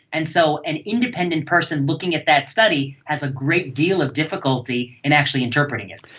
and so an independent person looking at that study has a great deal of difficulty in actually interpreting it.